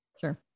sure